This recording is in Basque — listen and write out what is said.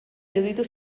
iruditu